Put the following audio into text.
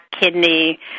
kidney